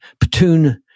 platoon